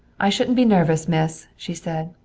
i shouldn't be nervous, miss, she said.